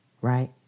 right